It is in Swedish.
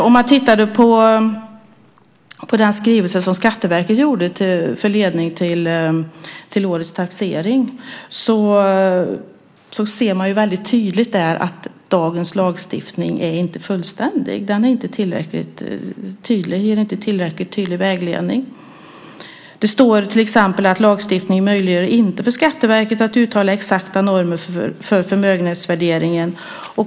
I Skatteverkets skrivelse som ledning till årets taxering framgår det att dagens lagstiftning inte är fullständig och inte ger en tillräckligt tydlig vägledning. Det står till exempel att lagstiftningen inte möjliggör för Skatteverket att uttala exakta normer för förmögenhetsvärderingen.